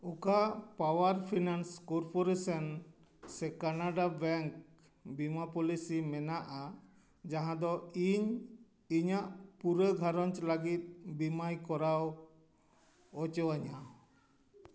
ᱚᱠᱟ power finance corporation ᱥᱮ Canara bank ᱵᱤᱢᱟ ᱯᱚᱞᱤᱥᱤ ᱢᱮᱱᱟᱜᱼᱟ ᱡᱟᱦᱟᱸ ᱫᱚ ᱤᱧ ᱤᱧᱟᱜ ᱯᱩᱨᱟᱹ ᱜᱷᱟᱨᱚᱸᱡᱽ ᱞᱟᱹᱜᱤᱫ ᱵᱤᱢᱟᱭ ᱠᱚᱨᱟᱣ ᱦᱚᱪᱚᱣᱟᱧᱟ